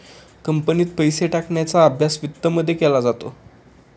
कंपनीत पैसे टाकण्याचा अभ्यास वित्तमध्ये केला जातो